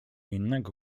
innego